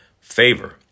favor